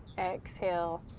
exhale,